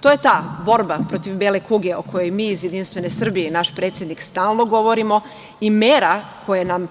To je ta borba protiv bele kuge, o kojoj mi iz JS i naš predsednik, stalno govorimo i mera koje nam